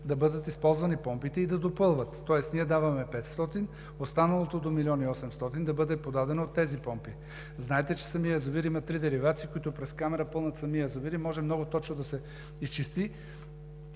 да бъдат използвани помпите и да допълват, тоест ние даваме 500, останалото до милион и 800 да бъде подадено от тези помпи. Знаете, че самият язовир има три деривации, които през камера пълнят самия язовир и може много точно да се изчисли